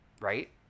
right